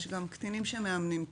יש גם קטינים שמאמנים קטינים,